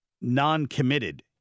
non-committed